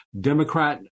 Democrat